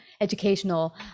educational